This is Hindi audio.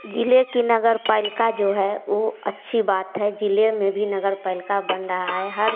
जिले की नगर पालिका जो है वो अच्छी बात है जिले में भी नगर पालिका बन रहा है